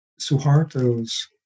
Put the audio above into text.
Suharto's